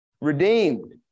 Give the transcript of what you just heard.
redeemed